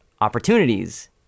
opportunities